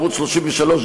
ערוץ 33,